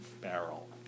barrel